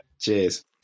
Cheers